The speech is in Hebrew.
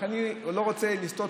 אבל אני לא רוצה לסתור,